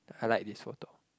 I like this photo